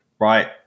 right